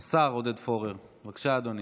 השר עודד פורר, בבקשה, אדוני.